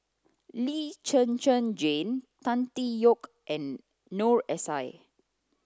Lee Zhen Zhen Jane Tan Tee Yoke and Noor S I